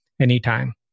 anytime